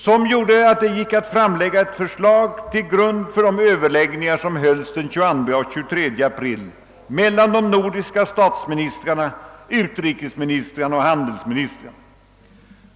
Därigenom kunde ett förslag framläggas till grund för de överläggningar som hölls den 22 och 23 april mellan de nordiska statsministrarna, utrikesministrarna och handelsministrarna.